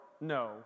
no